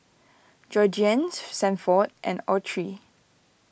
Georgiann Sanford and Autry